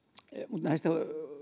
mutta näistä